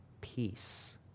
peace